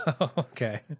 okay